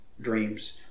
dreams